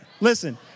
listen